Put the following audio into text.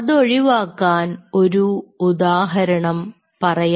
അതൊഴിവാക്കാൻ ഒരു ഉദാഹരണം പറയാം